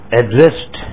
addressed